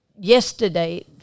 yesterday